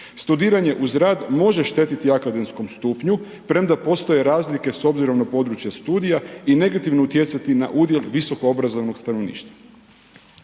Studiranje uz rad može štetiti akademskom stupnju premda postoje razlike s obzirom na područje studija i negativno utjecati na udjel visokoobrazovanog stanovništva.